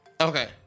Okay